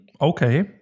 Okay